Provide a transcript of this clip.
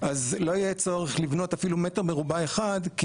אז לא יהיה צורך לבנות אפילו מטר מרובע אחד כי